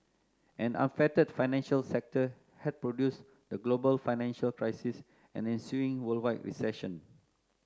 an unfettered financial sector had produced the global financial crisis and ensuing worldwide recession